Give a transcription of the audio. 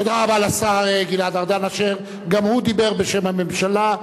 תודה רבה לשר גלעד ארדן, שגם הוא דיבר בשם הממשלה.